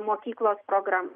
mokyklos programą